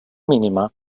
mínima